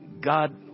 God